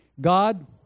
God